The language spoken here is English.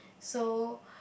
so